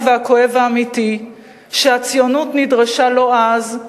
והכואב והאמיתי שהציונות נדרשה לו אז,